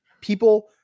people